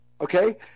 okay